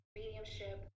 mediumship